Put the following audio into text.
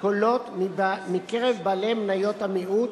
קולות מקרב בעלי מניות המיעוט